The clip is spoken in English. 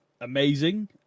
amazing